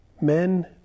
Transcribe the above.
men